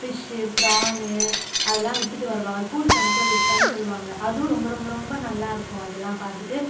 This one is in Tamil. ஃபிஷ்ஷு ப்ரானு அதெல்லாம் விற்றுட்டு வருவாங்கள் அது கூறு கணக்கில் விற்பேன்னு சொல்லுவாங்கள் அதுவும் ரொம்ப ரொம்ப ரொம்ப நல்லாயிருக்கும் அதெலாம் பார்த்துட்டு